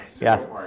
Yes